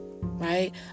right